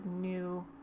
new